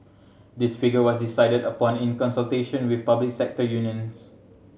this figure was decided upon in consultation with public sector unions